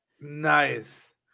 Nice